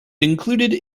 included